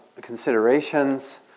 considerations